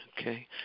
Okay